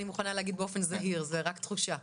להגיד באופן זהיר, זו רק תחושה.